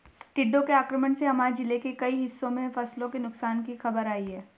टिड्डों के आक्रमण से हमारे जिले के कई हिस्सों में फसलों के नुकसान की खबर आई है